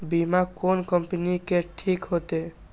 बीमा कोन कम्पनी के ठीक होते?